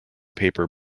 paper